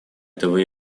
этого